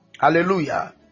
Hallelujah